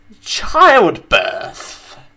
childbirth